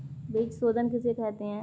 बीज शोधन किसे कहते हैं?